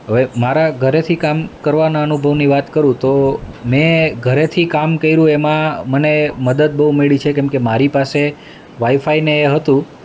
હવે મારા ઘરેથી કામ કરવાના અનુભવની વાત કરું તો મેં ઘરેથી કામ કર્યું એમાં મને મદદ બહુ મળી છે કેમકે મારી પાસે વાઇફાઈને એ હતું